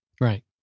Right